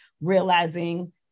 realizing